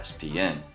ESPN